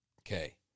Okay